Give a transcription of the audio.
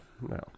no